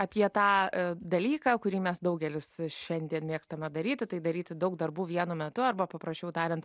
apie tą dalyką kurį mes daugelis šiandien mėgstame daryti tai daryti daug darbų vienu metu arba paprasčiau tariant